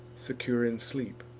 secure in sleep.